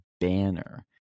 banner